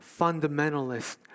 fundamentalist